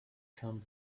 come